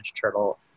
Turtle